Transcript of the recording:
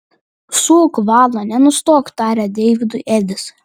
suk valą nenustok tarė deividui edis